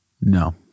No